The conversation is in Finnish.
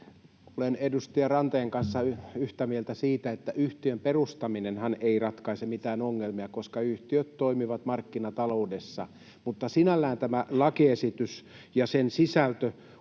Olen edustaja Ranteen kanssa yhtä mieltä siitä, että yhtiön perustaminenhan ei ratkaise mitään ongelmia, koska yhtiöt toimivat markkinataloudessa, mutta sinällään tämä lakiesitys ja sen sisältö